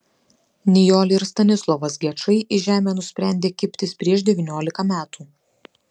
nijolė ir stanislovas gečai į žemę nusprendė kibtis prieš devyniolika metų